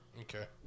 Okay